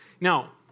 Now